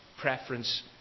preference